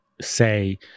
say